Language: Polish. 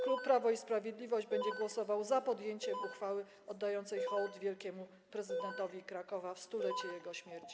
Klub Prawo i Sprawiedliwość będzie głosował za podjęciem uchwały oddającej hołd wielkiemu prezydentowi Krakowa w 100-lecie jego śmierci.